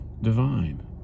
divine